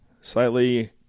slightly